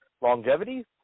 longevity